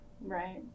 right